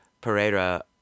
Pereira